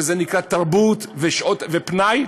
שזה נקרא תרבות ופנאי,